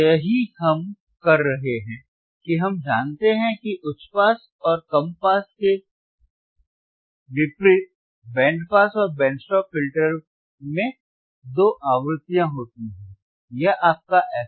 यही हम कह रहे हैं कि हम जानते हैं कि उच्च पास और कम पास के विपरीत बैंड पास और बैंड स्टॉप फिल्टर में दो आवृत्तियाँ होती हैं वह आपका FL और है fH